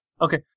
Okay